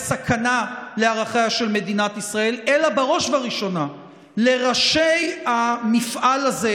סכנה לערכיה של מדינת ישראל אלא בראש ובראשונה את ראשי המפעל הזה,